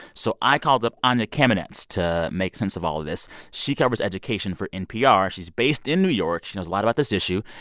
so i called up anya kamenetz to make sense of all of this. she covers education for npr. she's based in new york. she knows a lot about this issue,